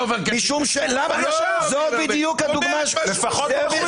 שאומרת שהחוק הזה יעמוד בתוקפו על אף האמור